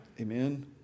Amen